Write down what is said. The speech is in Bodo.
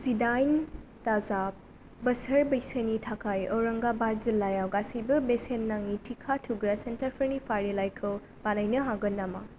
जिदाइन दाजाब बोसोर बैसोनि थाखाय औरंगाबाद जिल्लायाव गासैबो बेसेन नाङि टिका थुग्रा सेन्टारफोरनि फारिलाइखौ बानायनो हागोन नामा